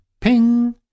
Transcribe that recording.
ping